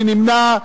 מי נמנע?